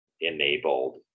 enabled